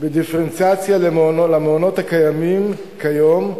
בדיפרנציאציה למעונות הקיימים כיום,